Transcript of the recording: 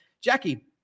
Jackie